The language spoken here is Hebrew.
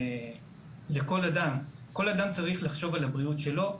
כל אדם צריך לחשוב על הבריאות שלו,